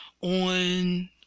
on